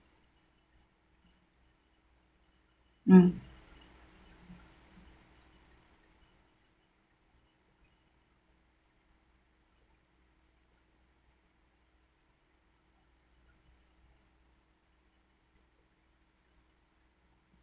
um